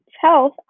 health